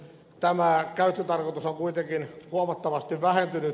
tämä käyttötarkoitus on kuitenkin huomattavasti vähentynyt